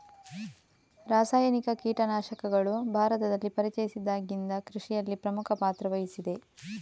ರಾಸಾಯನಿಕ ಕೀಟನಾಶಕಗಳು ಭಾರತದಲ್ಲಿ ಪರಿಚಯಿಸಿದಾಗಿಂದ ಕೃಷಿಯಲ್ಲಿ ಪ್ರಮುಖ ಪಾತ್ರ ವಹಿಸಿದೆ